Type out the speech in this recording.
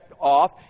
off